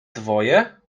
dwoje